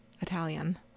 italian